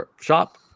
shop